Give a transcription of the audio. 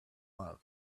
love